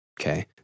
Okay